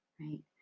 right